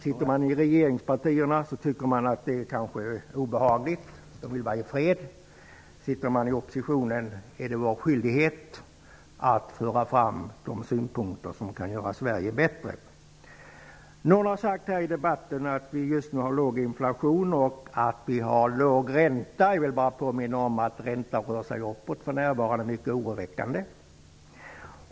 Om man ingår i regeringspartierna tycker man kanske bara att det är obehagligt och vill vara i fred. Om man sitter i opposition har man skyldighet att föra fram synpunkter på vad som kan göra Sverige bättre. Någon har sagt i debatten att vi just nu har låg inflation och låg ränta. Jag vill bara påminna om att räntan för närvarande rör sig uppåt, vilket är mycket oroväckande.